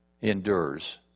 endures